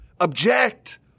object